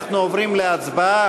אנחנו עוברים להצבעה.